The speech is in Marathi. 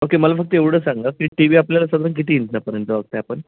ओके मला फक्त एवढं सांगा की टी व्ही आपल्याला सधारण किती इंचापर्यंत बघताय आपण